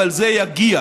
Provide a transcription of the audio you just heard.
אבל זה יגיע.